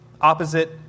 opposite